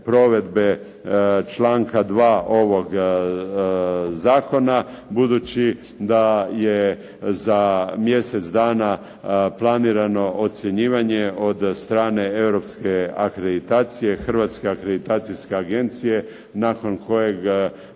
provedbe članka 2. ovog zakona. Budući da je za mjesec dana planirano ocjenjivanje od strane Europske akreditacije Hrvatske akreditacijske agencije nakon kojeg